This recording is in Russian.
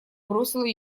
бросила